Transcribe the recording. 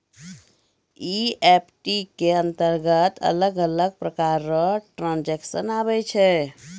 EFT के अंतरगत अलग अलग प्रकार रो ट्रांजेक्शन आवै छै